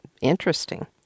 interesting